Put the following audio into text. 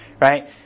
right